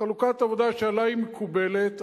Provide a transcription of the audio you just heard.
חלוקת עבודה שעלי היא מקובלת,